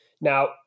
Now